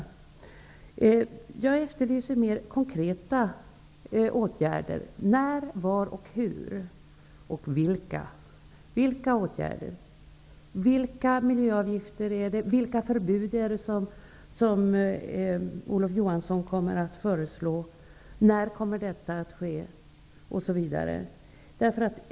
Jag efterlyser mer konkreta åtgärder. När, var och hur skall detta ske? Vilka åtgärder skall vidtas? Vilka miljöavgifter och vilka förbud är det som Olof Johansson kommer att föreslå? När kommer det att ske?